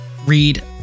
read